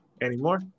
anymore